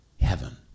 heaven